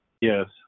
Yes